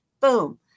Boom